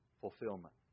fulfillment